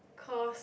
cause